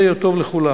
זה יהיה טוב לכולם,